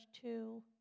two